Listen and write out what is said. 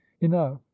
enough